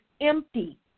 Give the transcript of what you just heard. empty